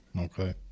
Okay